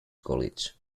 college